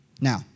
Now